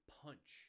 punch